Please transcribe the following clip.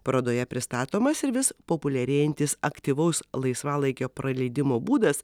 parodoje pristatomas ir vis populiarėjantis aktyvaus laisvalaikio praleidimo būdas